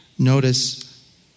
Notice